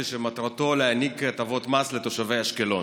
שמטרתו להעניק הטבות מס לתושבי אשקלון.